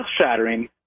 shattering